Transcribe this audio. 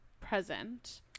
present